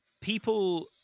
people